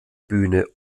bühne